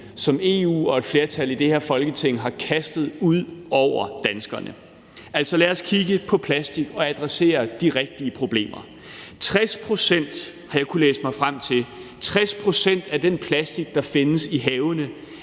som EU og et flertal i det her Folketing har kastet ud over danskerne. Lad os kigge på plastik og adressere de rigtige problemer. Jeg har kunnet læse mig frem til, at 60 pct. af den plastik, der findes i havene,